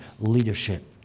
leadership